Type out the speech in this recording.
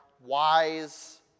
wise